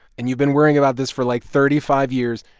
and you've been worrying about this for, like, thirty five years.